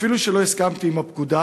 אפילו שלא הסכמתי לפקודה,